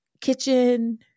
kitchen